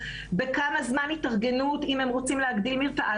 בכמה זמן התארגנות אם הם רוצים להגדיל מרפאה.